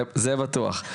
זה בטוח.